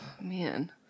Man